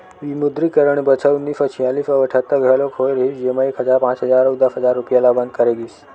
विमुद्रीकरन बछर उन्नीस सौ छियालिस अउ अठत्तर घलोक होय रिहिस जेमा एक हजार, पांच हजार अउ दस हजार रूपिया ल बंद करे गिस